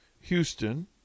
Houston